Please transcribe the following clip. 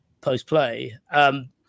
post-play